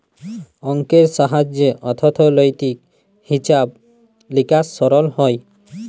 অংকের সাহায্যে অথ্থলৈতিক হিছাব লিকাস সরল হ্যয়